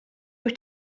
wyt